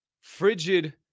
frigid